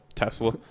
Tesla